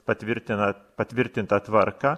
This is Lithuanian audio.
patvirtina patvirtintą tvarką